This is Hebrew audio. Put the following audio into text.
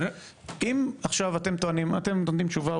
אם עכשיו אתם נותנים תשובה,